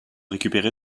récupérer